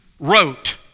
wrote